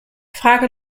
frage